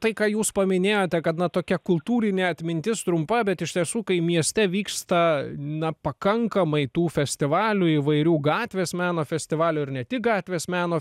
tai ką jūs paminėjote kad na tokia kultūrinė atmintis trumpa bet iš tiesų kai mieste vyksta na pakankamai tų festivalių įvairių gatvės meno festivalių ir ne tik gatvės meno